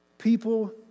People